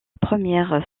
première